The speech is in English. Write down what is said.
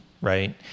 right